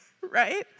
right